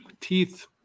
teeth